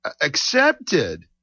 accepted